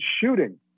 shooting